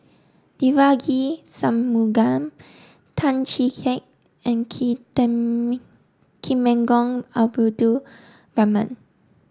Devagi Sanmugam Tan Chee Teck and Temenggong Abdul Rahman